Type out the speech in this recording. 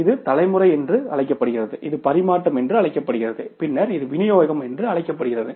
இது தலைமுறை என்று அழைக்கப்படுகிறது இது பரிமாற்றம் என்று அழைக்கப்படுகிறது பின்னர் இது விநியோகம் என்று அழைக்கப்படுகிறது